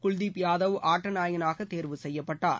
குல்தீப் யாதவ் ஆட்ட நாயகனாக தேர்வு செய்யப்பட்டார்